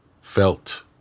felt